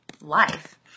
life